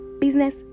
business